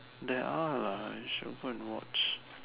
there are you should go and watch